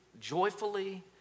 joyfully